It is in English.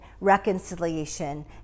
reconciliation